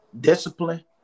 Discipline